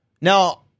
now